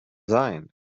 sein